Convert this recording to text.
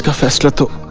ah faster? to